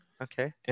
Okay